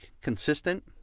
consistent